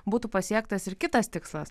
būtų pasiektas ir kitas tikslas